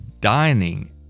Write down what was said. dining